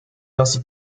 ainsi